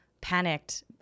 panicked